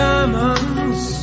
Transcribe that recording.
Diamonds